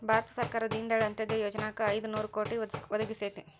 ಭಾರತ ಸರ್ಕಾರ ದೇನ ದಯಾಳ್ ಅಂತ್ಯೊದಯ ಯೊಜನಾಕ್ ಐದು ನೋರು ಕೋಟಿ ಒದಗಿಸೇತಿ